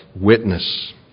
witness